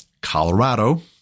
Colorado